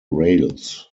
rails